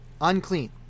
Unclean